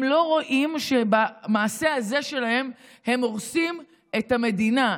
הם לא רואים שבמעשה הזה שלהם הם הורסים את המדינה,